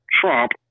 Trump